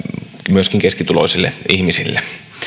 myöskin keskituloisille ihmisille